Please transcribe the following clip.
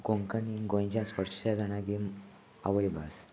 कोंकणी गोंयच्या स्पर्शेश जाणागीम आवयभास